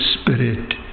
Spirit